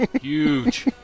Huge